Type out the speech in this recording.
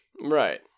right